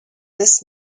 this